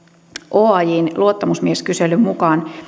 oajn luottamusmieskyselyn mukaan